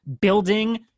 building